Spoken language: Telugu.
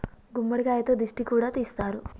గుమ్మడికాయతో దిష్టి కూడా తీస్తారు